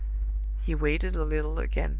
he waited a little again.